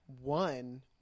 one